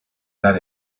that